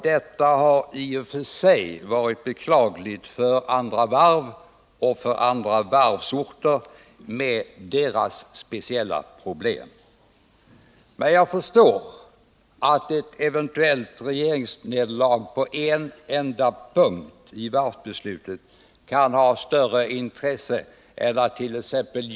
Detta har i sig varit beklagligt för andra varv och varvsorter med deras speciella problem. Men jag förstår att ett eventuellt regeringsnederlag på en enda punkt i varvsbeslutet kan ha större intresse än attt.ex.